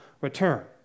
return